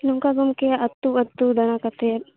ᱱᱚᱝᱠᱟ ᱜᱚᱢᱠᱮ ᱟᱹᱛᱩ ᱟᱹᱛᱩ ᱫᱟᱲᱟ ᱠᱟᱛᱮᱫ